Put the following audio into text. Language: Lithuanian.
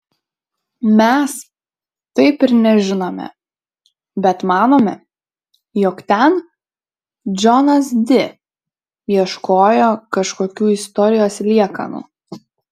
mes taip ir nežinome bet manome jog ten džonas di ieškojo kažkokių istorijos liekanų